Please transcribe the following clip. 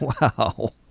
Wow